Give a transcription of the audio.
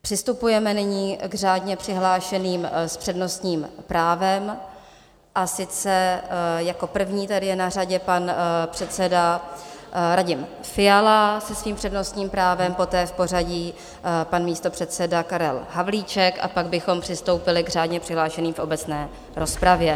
Přistupujeme nyní k řádně přihlášeným s přednostním právem, a sice jako první tady je na řadě pan předseda Radim Fiala se svým přednostním právem, poté v pořadí pan místopředseda Karel Havlíček a pak bychom přistoupili k řádně přihlášeným v obecné rozpravě.